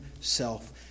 self